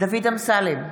דוד אמסלם,